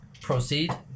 Proceed